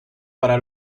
para